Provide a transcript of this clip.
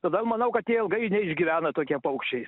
todėl manau kad jie ilgai neišgyvena tokie paukščiai